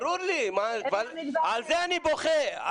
על זה אני בוכה.